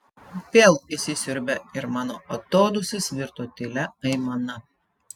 vėl įsisiurbė ir mano atodūsis virto tylia aimana